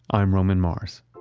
i'm roman mars